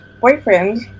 boyfriend